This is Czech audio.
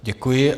Děkuji.